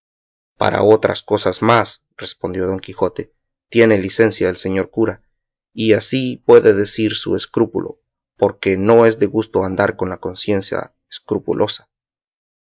para otras cosas más respondió don quijote tiene licencia el señor cura y así puede decir su escrúpulo porque no es de gusto andar con la conciencia escrupulosa